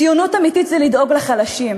ציונות אמיתית זה לדאוג לחלשים,